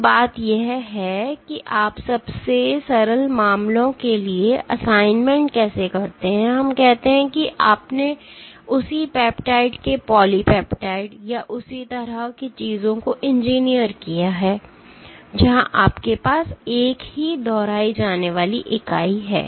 तो बात यह है कि आप सबसे सरल मामलों के लिए असाइनमेंट कैसे करते हैं हम कहते हैं कि आपने उसी पेप्टाइड के पॉलीपेप्टाइड या उस तरह की चीजों को इंजीनियर किया है जहां आपके पास एक ही दोहराई जाने वाली इकाई है